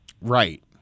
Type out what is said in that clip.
Right